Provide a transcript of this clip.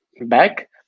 back